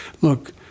Look